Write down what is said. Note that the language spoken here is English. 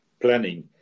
planning